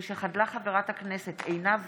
משחדלה חברת הכנסת עינב